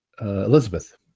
Elizabeth